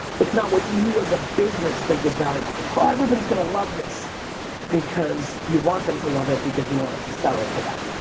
it's not what you as a business think is valuable. oh, everybody's gonna love this because you want them to love it because you want to sell it to them.